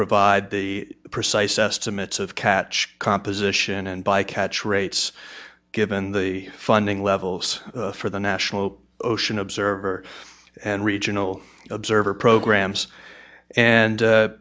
provide the precise estimates of catch composition and bycatch rates given the funding levels for the national ocean observer and regional observer programs and